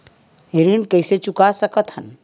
ऋण कइसे चुका सकत हन?